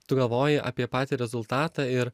tu galvoji apie patį rezultatą ir